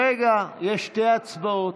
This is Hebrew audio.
רגע, יש שתי הצבעות.